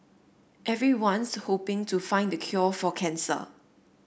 everyone's hoping to find the cure for cancer